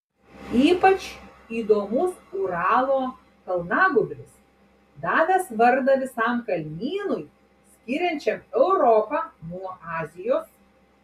ypač įdomus uralo kalnagūbris davęs vardą visam kalnynui skiriančiam europą nuo azijos